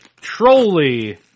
Trolley